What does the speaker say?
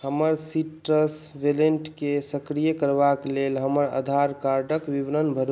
हमर Citrus wallet केँ सक्रिय करबाक लेल हमर आधार कार्ड क विवरण भरू